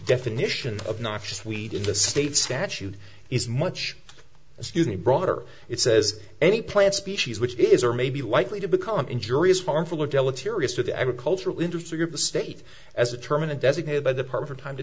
definition of noxious weed in the state statute is much excuse me broader it says any plant species which is or may be likely to become injurious harmful or deleterious to the agricultural industry or the state as a terminal designated by the party for time to